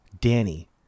Danny